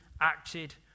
acted